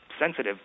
sensitive